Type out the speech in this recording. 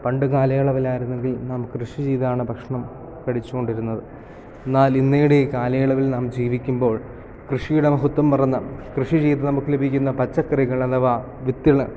പണ്ടു കാലയളവിൽ ആയിരുന്നെങ്കിൽ നാം കൃഷി ചെയ്താണ് ഭക്ഷണം കഴിച്ചു കൊണ്ടിരുന്നത് എന്നാൽ ഇന്നയുടെ ഈ കാലയളവിൽ നാം ജീവിക്കുമ്പോൾ കൃഷിയുടെ മഹത്വം മറന്ന് കൃഷി ചെയ്ത് നമുക്ക് ലഭിക്കുന്ന പച്ചക്കറികൾ അഥവാ വിത്തുകൾ